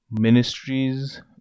ministries